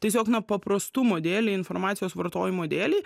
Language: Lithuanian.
tiesiog na paprastumo dėlei informacijos vartojimo dėlei